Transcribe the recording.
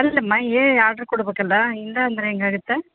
ಅಲ್ಲಮ್ಮಾ ಏ ಆರ್ಡ್ರ್ ಕೊಡಬೇಕಲ್ಲ ಇಲ್ಲಾಂದ್ರೆ ಹೆಂಗೆ ಆಗುತ್ತೆ